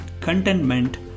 Contentment